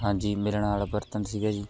ਹਾਂਜੀ ਮਿਲਣਹਾਰ ਵਰਤਣ ਸੀਗਾ ਜੀ